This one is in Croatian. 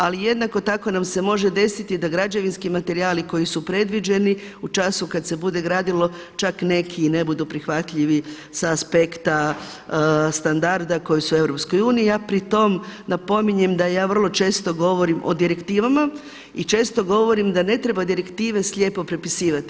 Ali jednako tako nam se može desiti da građevinski materijali koji su predviđeni u času kada se bude gradilo čak neki i ne budu prihvatljivi sa aspekta standarda koji su u EU, a pri tom napominjem da ja vrlo često govorim o direktivama i često govorim da ne treba direktive slijepo prepisivati.